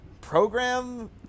program